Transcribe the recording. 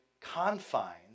confines